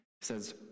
says